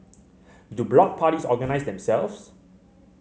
do block parties organise themselves